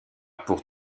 pour